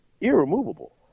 irremovable